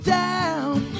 down